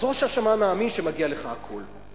אז ראש הממשלה מאמין שמגיע לך הכול.